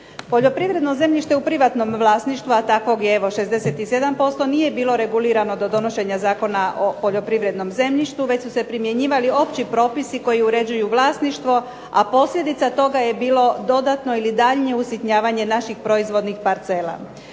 Poljoprivredno zemljište u privatnom vlasništvu a takvog je evo 67% nije bilo regulirano do donošenja Zakona o poljoprivrednom zemljištu već su se primjenjivali opći propisi koji uređuju vlasništvo a posljedica toga je bilo dodatno ili daljnje usitnjavanje naših proizvodnih parcela.